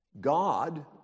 God